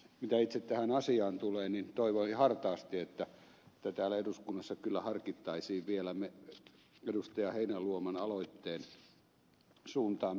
mitä itse tähän asiaan tulee niin toivon hartaasti että täällä eduskunnassa kyllä harkittaisiin vielä ed